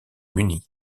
munie